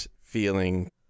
feeling